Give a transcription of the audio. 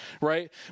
Right